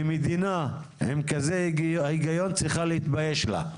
מדינה עם כזה היגיון צריכה להתבייש לה,